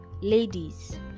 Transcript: ladies